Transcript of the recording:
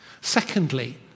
Secondly